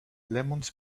lemons